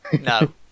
No